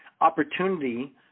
opportunity